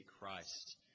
Christ